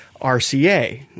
RCA